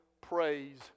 praise